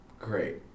great